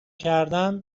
کردن